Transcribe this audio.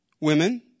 Women